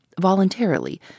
voluntarily